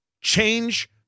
Change